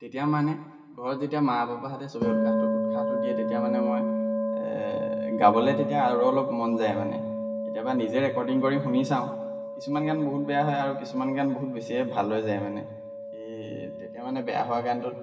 তেতিয়া মানে ঘৰত যেতিয়া মা পাপাহঁতে চবে উৎসাহটো উৎসাহটো দিয়ে তেতিয়া মানে মই গাবলৈ তেতিয়া আৰু অলপ মন যায় মানে কেতিয়াবা নিজে ৰেকৰ্ডিং কৰি শুনি চাওঁ কিছুমান গান বহুত বেয়া হয় আৰু কিছুমান গান বহুত বেছিয়ে ভাল লৈ যায় মানে সেই তেতিয়া মানে বেয়া হোৱা গানটোত